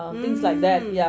mm